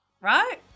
right